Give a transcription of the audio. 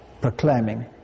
proclaiming